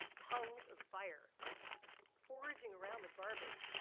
tongues of fire foraging around the garbage,